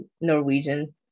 Norwegian